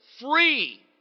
Free